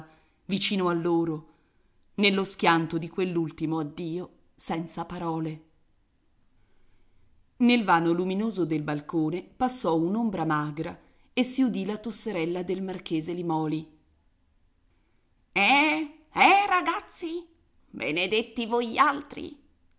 vicino a loro nello schianto di quell'ultimo addio senza parole nel vano luminoso del balcone passò un'ombra magra e si udì la tosserella del marchese limòli eh eh ragazzi benedetti voialtri